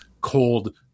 cold